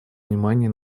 внимание